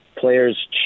players